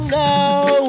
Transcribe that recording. now